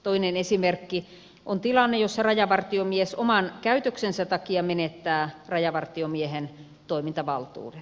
toinen esimerkki on tilanne jossa rajavartiomies oman käytöksensä takia menettää rajavartiomiehen toimintavaltuudet